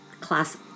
class